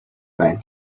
байна